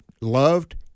Loved